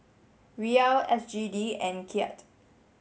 Riyal S G D and Kyat